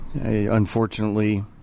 Unfortunately